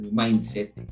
mindset